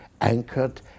anchored